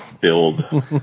build